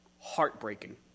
heartbreaking